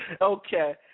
Okay